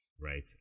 right